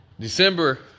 December